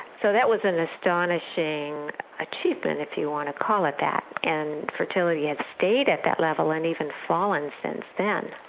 so that was an astonishing achievement, if you want to call it that. and fertility has and stayed at that level and even fallen since then.